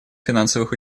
финансовых